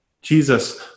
Jesus